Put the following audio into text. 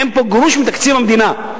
אין פה גרוש מתקציב המדינה.